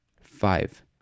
Five